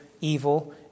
evil